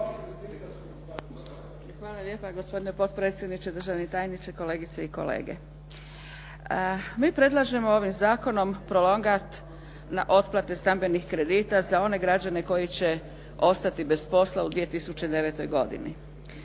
Hvala lijepa gospodine potpredsjedniče, državni tajniče, kolegice i kolege. Mi predlažemo ovim zakonom prolongat na otplate stambenih kredite za one građane koji će ostati bez posla u 2009. godini.